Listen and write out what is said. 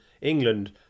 England